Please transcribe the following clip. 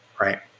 Right